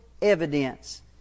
Evidence